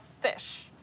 fish